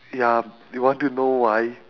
ya you want to know why